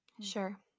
Sure